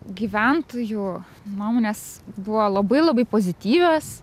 gyventojų nuomonės buvo labai labai pozityvios